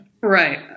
right